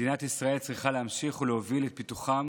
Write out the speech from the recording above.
מדינת ישראל צריכה להמשיך להוביל את פיתוחן